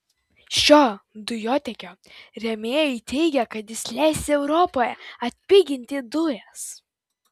šio dujotiekio rėmėjai teigia kad jis leis europoje atpiginti dujas